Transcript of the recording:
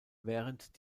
während